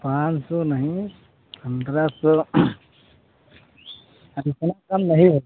पाँच सौ नहीं पंद्रह सौ अब इतना कम नहीं होगा